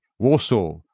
Warsaw